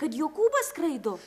kad jokūbas skraido